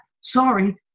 Sorry